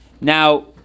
Now